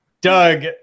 Doug